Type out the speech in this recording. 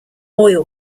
oil